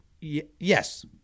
Yes